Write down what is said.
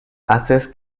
haces